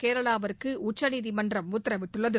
கேரளாவுக்கு உச்சநீதிமன்றம் உத்தரவிட்டுள்ளது